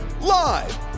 Live